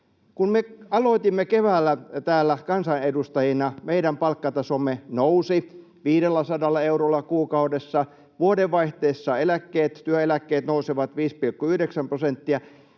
Kun me aloitimme keväällä täällä kansanedustajina, meidän palkkatasomme nousi 500 eurolla kuukaudessa. Vuodenvaihteessa eläkkeet, työeläkkeet, nousevat 5,9 prosenttia.